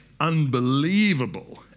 unbelievable